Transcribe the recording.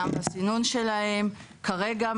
כרגע,